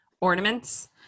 ornaments